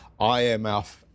IMF